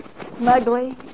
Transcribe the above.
smugly